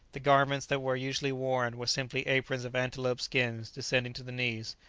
the garments that were usually worn were simply aprons of antelope-skins descending to the knees,